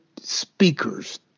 speakers